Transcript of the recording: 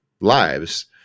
lives